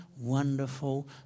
wonderful